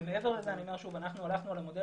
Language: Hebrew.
ומעבר לזה אני אומר שוב: הלכנו על המודל